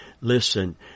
Listen